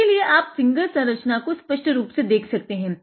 इसीलिए आप फिंगर संरचना को स्पष्ट रूप से देख सकते हैं